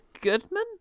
Goodman